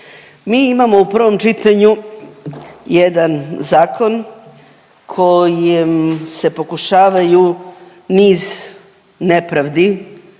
mi imamo u prvom čitanju jedan zakon kojim se pokušavaju niz nepravdi